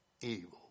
Evil